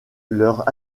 leurs